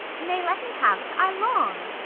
nay, let me have't i long.